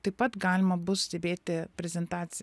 taip pat galima bus stebėti prezentac